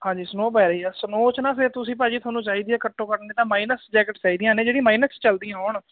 ਹਾਂਜੀ ਸਨੋਅ ਪੈ ਰਹੀ ਹੈ ਸਨੋਅ 'ਚ ਨਾ ਫਿਰ ਤੁਸੀਂ ਭਾਅ ਜੀ ਤੁਹਾਨੂੰ ਚਾਹੀਦੀ ਹੈ ਘੱਟੋ ਘੱਟ ਮਾਈਨਸ ਜੈਕਟ ਚਾਹੀਦੀਆਂ ਨੇ ਜਿਹੜੀ ਮਾਈਨਸ ਚਲਦੀਆਂ ਹੋਣ